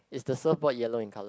is the surfboard yellow in colour